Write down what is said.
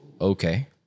okay